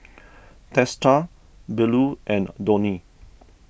Teesta Bellur and Dhoni